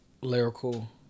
Lyrical